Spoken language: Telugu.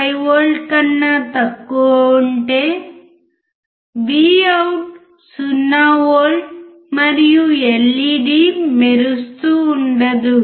5 V కన్నా తక్కువ ఉంటే Vout 0 V మరియు ఎల్ఈడి మెరుస్తూ ఉండదు